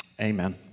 Amen